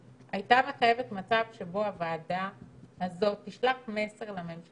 היה מחייב מצב שבו הוועדה הזאת תשלח מסר לוועדה